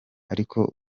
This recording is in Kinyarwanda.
ariko